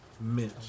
Mitch